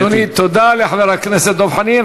תודה לחבר הכנסת דב חנין.